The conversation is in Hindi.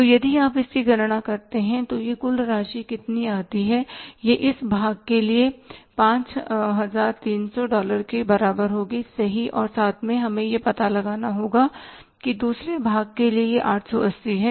तो यदि आप इसकी गणना करते हैं तो यह कुल राशि कितनी आती है यह इस भाग के लिए 5300 डॉलर के बराबर होगी सही और साथ में हमें यह पता लगाना होगा कि दूसरे भाग के लिए यह 880 है